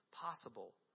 possible